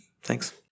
Thanks